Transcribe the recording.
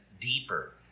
deeper